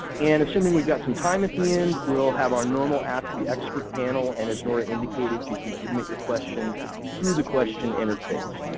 and assuming we've got some time at the end, we'll have our normal ask the expert panel. and as nora indicated, you can submit your questions through the question interface.